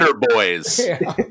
boys